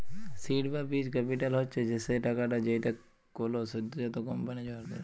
seed বা বীজ capital হচ্ছ সে টাকাটা যেইটা কোলো সদ্যজাত কম্পানি জোগাড় করেক